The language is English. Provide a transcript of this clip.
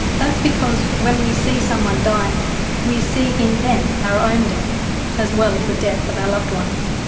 that's because when we see someone dying we see in them our own death as well as the death of our loved ones.